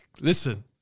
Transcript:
Listen